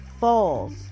falls